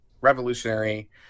revolutionary